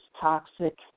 toxic